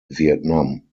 vietnam